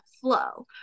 flow